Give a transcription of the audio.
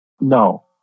no